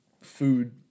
food